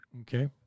Okay